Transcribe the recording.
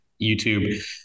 YouTube